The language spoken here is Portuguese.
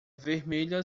vermelha